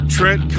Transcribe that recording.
Trent